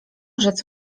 rzec